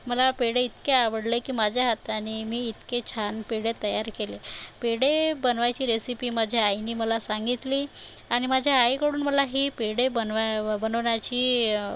मला पेढे इतके आवडले की माझ्या हाताने मी इतके छान पेढे तयार केले पेढे बनवायची रेसिपी माझ्या आईने मला सांगितली आणि माझ्या आईकडून मला हे पेढे बनवा बनवण्याची